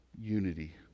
unity